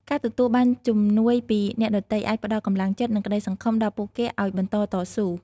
ការទទួលបានជំនួយពីអ្នកដទៃអាចផ្តល់កម្លាំងចិត្ត និងក្តីសង្ឃឹមដល់ពួកគេឱ្យបន្តតស៊ូ។